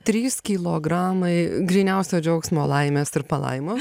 trys kilogramai gryniausio džiaugsmo laimės ir palaimo